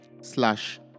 slash